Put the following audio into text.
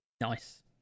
Nice